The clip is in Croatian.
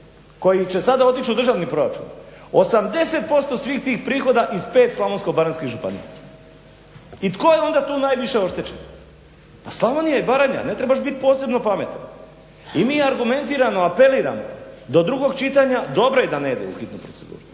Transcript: koji će sada otići u državni proračun, 80% svih tih prihoda iz 5 Slavonsko-baranjskih županija. I tko je onda tu najviše oštećen? Pa Slavonija i Baranja, ne trebaš bit posebno pametan. I mi argumentirano apeliramo do drugog čitanja, dobro je da ne ide u hitnu proceduru,